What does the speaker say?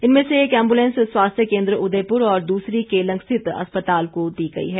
इनमें से एक एम्बुलेंस स्वास्थ्य केंद्र उदयपुर और दूसरी केलंग स्थित अस्पताल को दी गई है